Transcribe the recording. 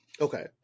Okay